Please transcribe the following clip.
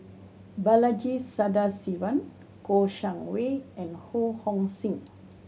Balaji Sadasivan Kouo Shang Wei and Ho Hong Sing